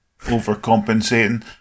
overcompensating